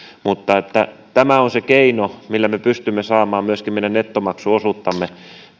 mutta tämä on se keino millä me pystymme saamaan myöskin meidän nettomaksuosuuttamme